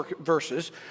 verses